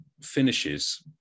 finishes